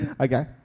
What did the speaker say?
Okay